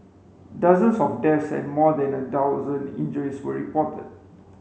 dozens of deaths and more than a thousand injuries were reported